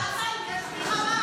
שעתיים --- תודה רבה.